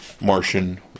Martian